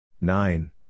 Nine